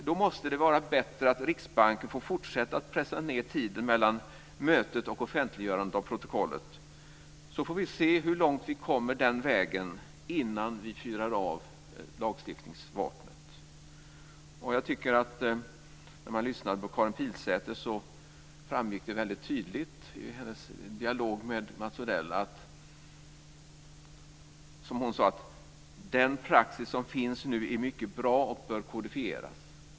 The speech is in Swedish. Då måste det vara bättre att Riksbanken får fortsätta att pressa ned tiden mellan mötet och offentliggörandet av protokollet. Vi får se hur långt vi kommer den vägen innan vi fyrar av lagstiftningsvapnet. I Karin Pilsäters dialog med Mats Odell sade hon att den praxis som finns nu är mycket bra och bör kodifieras.